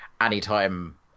Anytime